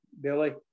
Billy